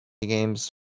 games